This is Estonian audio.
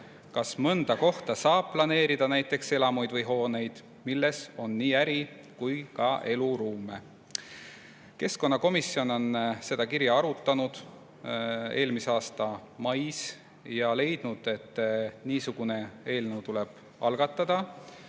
kas mõnda kohta saab planeerida näiteks elamuid või hooneid, milles on nii äri- kui ka eluruume. Keskkonnakomisjon on seda kirja arutanud eelmise aasta mais ja leidnud, et niisugune eelnõu tuleb algatada.